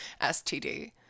STD